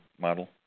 model